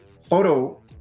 photo